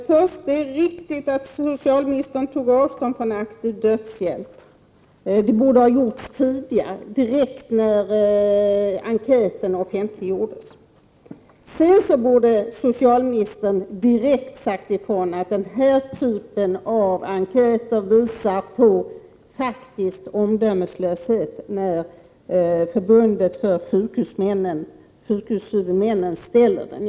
Fru talman! Det är riktigt att socialministern tar avstånd från aktiv dödshjälp. Det borde ha gjorts tidigare, direkt då enkäten offentliggjordes. Socialministern borde direkt ha sagt ifrån att den här typen av enkäter visar på omdömeslöshet, när förbundet för sjukvårdshuvudmännen går ut med den.